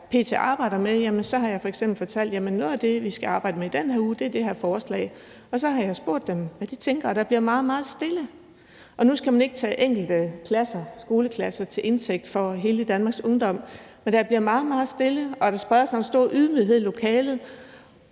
p.t. arbejder med, har jeg f.eks. fortalt, at noget af det, vi skal arbejde med i den her uge, er det her forslag. Så har jeg spurgt dem, hvad de tænker, og så bliver der meget, meget stille. Nu skal man ikke tage enkelte skoleklasser til indtægt for, hvad hele Danmarks ungdom mener, men der bliver meget, meget stille, og der breder sig en stor ydmyghed i lokalet,